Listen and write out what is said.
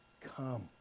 come